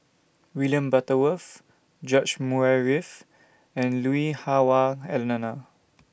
William Butterworth George Murray Reith and Lui Hah Wah Elena